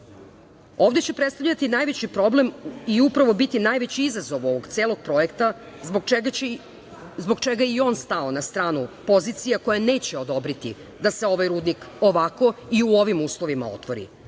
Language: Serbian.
će predstavljati najveći problem i upravo biti najveći izazov ovog celog projekta zbog čega je i on stao na stranu pozicija koje neće odobriti da se ovaj rudnik ovako i u ovim uslovima otvori.